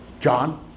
John